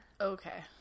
Okay